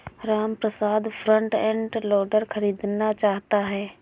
Ramprasad front end loader खरीदना चाहता है